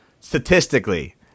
Statistically